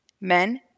Men